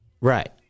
Right